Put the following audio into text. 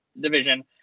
Division